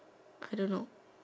I don't know